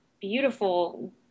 beautiful